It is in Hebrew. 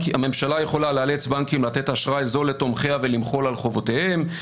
הממשלה יכולה לאלץ בנקים לתת אשראי זול לתומכיה ולמחול על חובותיהם.